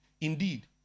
Indeed